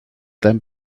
them